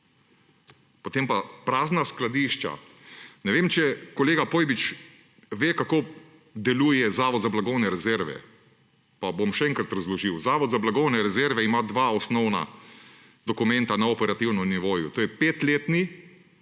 Potem pa prazna skladišča. Ne vem, če kolega Pojbiča ve, kako deluje Zavod za blagovne rezerve, pa bom še enkrat razložil. Zavod za blagovne rezerve ima dva osnovna dokumenta na operativnem nivoju; to je petletni